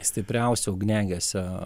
stipriausio ugniagesio